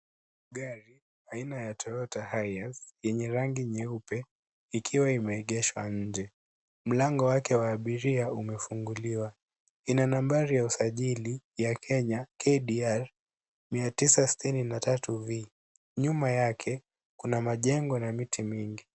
Gari aina ya Toyota Hiace yenye rangi nyeupe ikiwa imeegeshwa nje. Mlango wake wa abiria umefunguliwa. Ina nambari ya usajili ya Kenya KDR 963V. Nyuma yake kuna majengo na miti mingi.